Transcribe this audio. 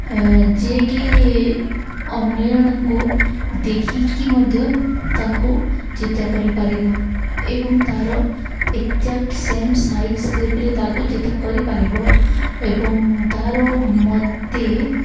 ଯିଏକି ଅନ୍ୟ ଜଣଙ୍କୁ ଦେଖିକି ମଧ୍ୟ ତାଙ୍କୁ ଚିତ୍ର କରିପାରିବ ଏବଂ ତା'ର ଏଗ୍ଜାକ୍ଟ ସେମ୍ ସାଇଜ୍ ସେପ୍ରେ ତାକୁ ଚିତ୍ର କରିପାରିବ ଏବଂ ତା'ର ମୋତେ